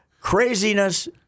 craziness